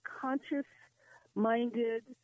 conscious-minded